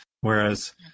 Whereas